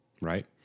right